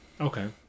okay